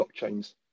blockchains